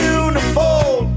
uniform